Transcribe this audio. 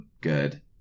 good